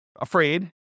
afraid